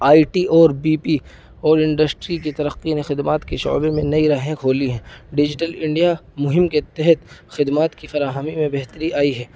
آئی T اور B P اور industry کی ترقی نے خدمات کی شعبے میں نئی راہیں کھولی ہیں ڈیجیٹل انڈیا مہم کے تحت خدمات کی فراہمی میں بہتری آئی ہے